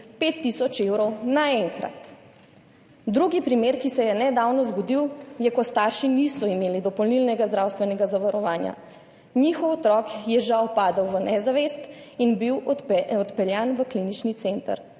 tisoč evrov naenkrat. Drugi primer, ki se je nedavno zgodil, je primer, ko starši niso imeli dopolnilnega zdravstvenega zavarovanja, njihov otrok je žal padel v nezavest in bil odpeljan v klinični center.